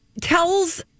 tells